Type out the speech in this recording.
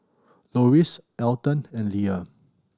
Loris Elton and Leia